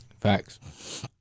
Facts